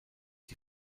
die